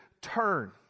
turn